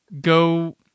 go